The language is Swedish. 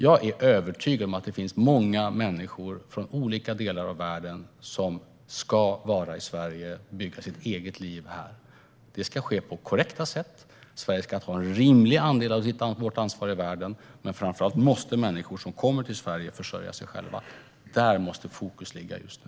Jag är övertygad om att det finns många människor från olika delar av världen som ska vara i Sverige och bygga sitt eget liv här. Det ska ske på korrekta sätt. Sverige ska ta ett rimligt ansvar i världen, men framför allt måste människor som kommer till Sverige försörja sig själva. Där måste fokus ligga just nu.